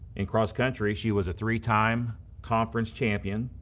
in cross country, she was a three-time conference champion,